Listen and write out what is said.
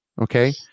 okay